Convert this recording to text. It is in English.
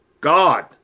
God